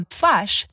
slash